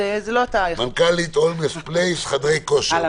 מנכ"לית "הולמס פלייס", חדרי כושר.